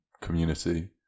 community